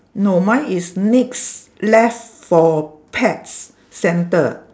no mine is next left for pets centre